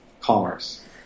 commerce